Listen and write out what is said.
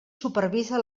supervisa